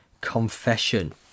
confession